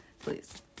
please